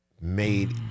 made